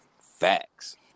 Facts